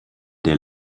der